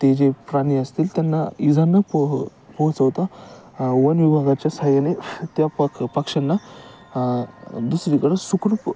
ते जे प्राणी असतील त्यांना इजा न पोह पोहचवता वनविभागाच्या सहाय्याने त्या पक् पक्षांना दुसरीकडं सुखरूप